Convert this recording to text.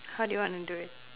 how do you want to do it